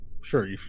sure